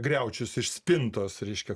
griaučius iš spintos reiškia